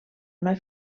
una